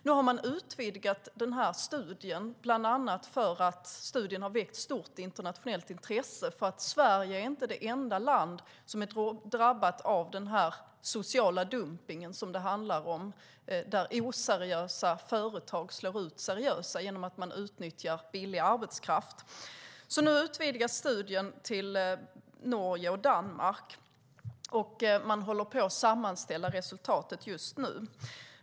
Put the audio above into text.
Nu har man utvidgat studien, bland annat för att den väckt stort internationellt intresse. Sverige är inte det enda land som är drabbat av den sociala dumpning som det handlar om, där oseriösa företag slår ut seriösa genom att utnyttja billig arbetskraft. Nu utvidgas studien till Norge och Danmark. Man håller på och sammanställer resultatet just nu.